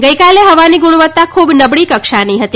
ગઇકાલ હવાની ગુણવત્તા ખૂબ નબળી કક્ષાની હતી